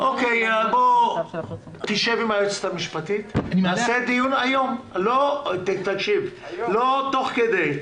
שב ותעשה דיון עם היועצת המשפטית, לא תוך כדי.